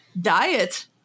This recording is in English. diet